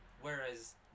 whereas